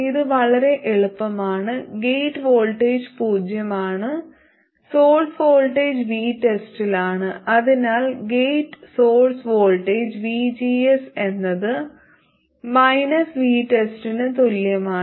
ഇത് വളരെ എളുപ്പമാണ് ഗേറ്റ് വോൾട്ടേജ് പൂജ്യമാണ് സോഴ്സ് വോൾട്ടേജ് VTEST ലാണ് അതിനാൽ ഗേറ്റ് സോഴ്സ് വോൾട്ടേജ് vgs എന്നത് VTEST ന് തുല്യമാണ്